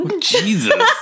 Jesus